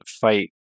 fight